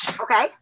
Okay